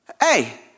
hey